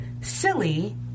silly